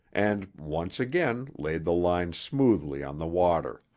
and once again laid the line smoothly on the water.